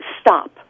stop